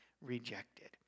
rejected